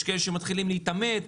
יש כאלה שמתחילים להתעמת,